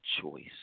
choice